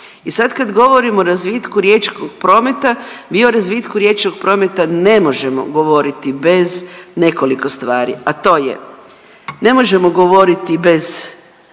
I sad kad govorim o razvitku riječkog prometa mi o razvitku riječnog prometa ne možemo govoriti bez nekoliko stvari, a to je: ne možemo govoriti bez zaštite